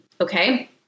okay